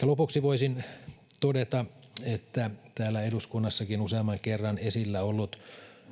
lopuksi voisin todeta että täällä eduskunnassakin useamman kerran esillä ollut